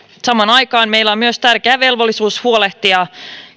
samaan aikaan meillä on myös tärkeä velvollisuus huolehtia